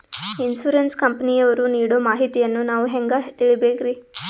Insurance ಕಂಪನಿಯವರು ನೀಡೋ ಮಾಹಿತಿಯನ್ನು ನಾವು ಹೆಂಗಾ ತಿಳಿಬೇಕ್ರಿ?